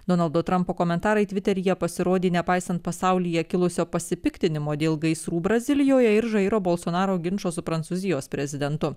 donaldo trampo komentarai tviteryje pasirodė nepaisant pasaulyje kilusio pasipiktinimo dėl gaisrų brazilijoje ir žairo balsonaro ginčo su prancūzijos prezidentu